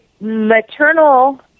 maternal